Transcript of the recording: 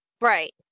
Right